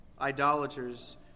idolaters